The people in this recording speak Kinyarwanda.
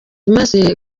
imaze